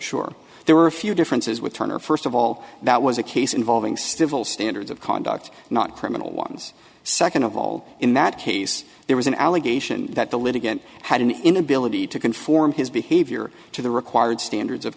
sure there were a few differences with turner first of all that was a case involving still standards of conduct not criminal ones second of all in that case there was an allegation that the litigant had an inability to conform his behavior to the required standards of